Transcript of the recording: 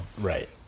right